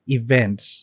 events